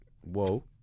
whoa